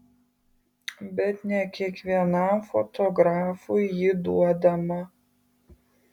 bet ne kiekvienam fotografui ji duodama